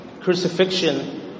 crucifixion